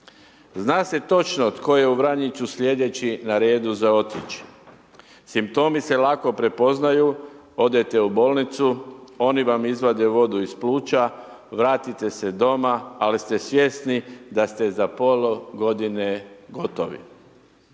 Zna se točno tko je u Vranjicu slijedeći na redu za otići, simptomi se lako prepoznaju, odete u bolnicu, oni vam izvade vodu iz pluća, vratite se doma, ali ste svjesni da ste za pola godine gotovi.